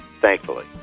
thankfully